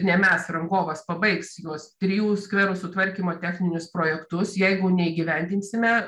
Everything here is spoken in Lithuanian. ne mes rangovas pabaigs juos trijų skverų sutvarkymo techninius projektus jeigu neįgyvendinsime